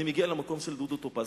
אני מגיע למקום של דודו טופז,